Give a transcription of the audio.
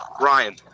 Ryan